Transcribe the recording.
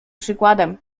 przykładem